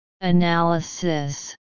Analysis